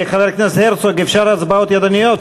חבר הכנסת הרצוג, אפשר הצבעות ידניות?